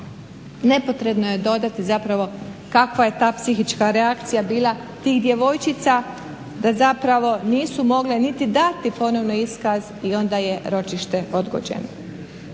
Nepotrebno je dodati zapravo kakva je ta psihička reakcija bila tih djevojčica da zapravo nisu mogle niti dati ponovno iskaz i onda je ročište odgođeno.